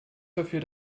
dafür